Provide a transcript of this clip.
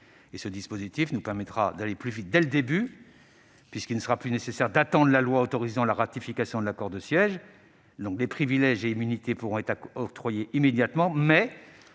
Ce dispositif nous permettra d'aller plus vite dès le début, puisqu'il ne sera plus nécessaire d'attendre la loi autorisant la ratification de l'accord de siège. Les privilèges et immunités pourront être octroyés immédiatement, mais